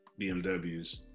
BMWs